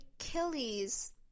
achilles